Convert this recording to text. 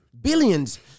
billions